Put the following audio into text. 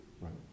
right